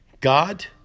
god